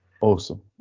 Awesome